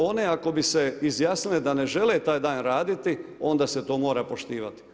One ako bi se izjasnile da ne žele taj dan raditi, onda se mora to poštivati.